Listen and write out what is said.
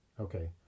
Okay